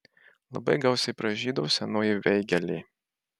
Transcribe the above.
labai gausiai pražydo senoji veigelė